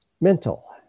mental